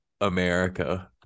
America